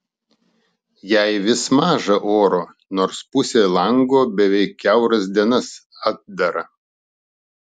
jai vis maža oro nors pusė lango beveik kiauras dienas atdara